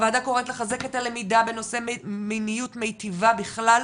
הועדה קוראת לחזק את הלמידה בנושא מיניות מיטיבה בכלל,